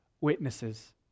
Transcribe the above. witnesses